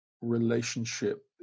relationship